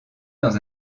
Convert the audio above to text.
dans